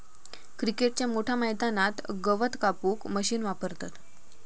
क्रिकेटच्या मोठ्या मैदानात गवत कापूक मशीन वापरतत